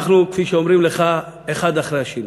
אנחנו, כפי שאומרים לך אחד אחרי השני,